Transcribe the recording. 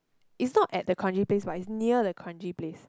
it's not at the kranji place but it's near the kranji place